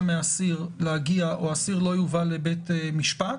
מאסיר להגיע או אסיר לא יובא לבית משפט,